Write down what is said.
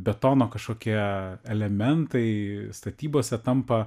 betono kažkokie elementai statybose tampa